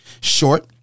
Short